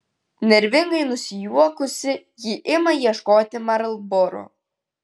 nervingai nusijuokusi ji ima ieškoti marlboro